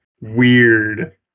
weird